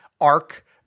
arc